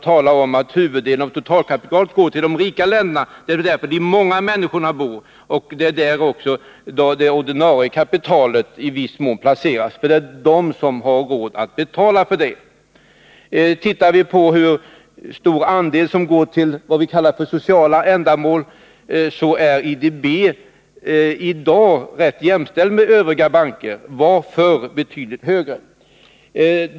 Hon säger att huvuddelen av totalkapitalet går till de rika länderna, dvs. till de länder där de många människorna bor och där också det ordinarie kapitalet i viss mån placeras, för det är där man har råd att betala. Tittar vi på hur stor andel som går till vad vi kallar för sociala ändamål, finner vi att IDB i dag är jämställd med övriga banker. Förut var andelen betydligt högre.